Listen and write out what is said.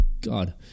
god